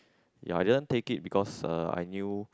ya I didn't take it because uh I knew